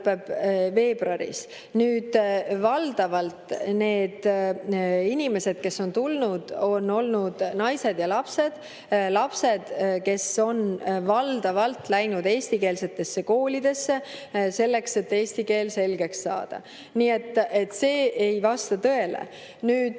veebruaris. Need inimesed, kes on tulnud, on olnud valdavalt naised ja lapsed. Lapsed, kes on valdavalt läinud eestikeelsetesse koolidesse, et eesti keel selgeks saada. Nii et see ei vasta tõele. Tõsi